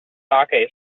saké